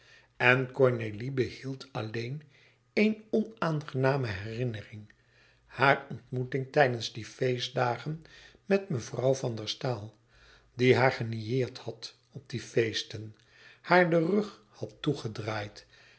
en cornélie behield alleen éen onaangename herinnering hare ontmoeting tijdens die feestdagen met mevrouw van der staal die haar genieerd had op die feesten haar den rug had toegedraaid